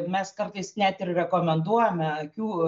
mes kartais net ir rekomenduojame akių